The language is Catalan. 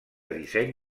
disseny